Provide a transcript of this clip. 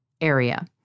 area